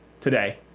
today